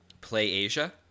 PlayAsia